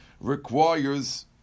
requires